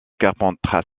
carpentras